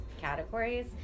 Categories